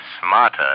smarter